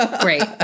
Great